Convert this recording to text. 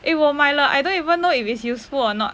诶我买了 I don't even know if it is useful or not